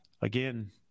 again